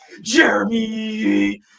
Jeremy